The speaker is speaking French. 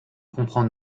comprends